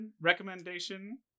recommendation